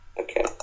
okay